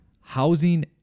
Housing